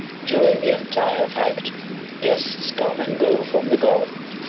during the entire act guests come and go from the garden,